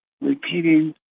repeating